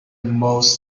most